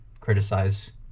criticize